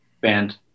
band